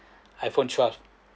I_phone twelve